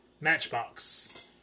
Matchbox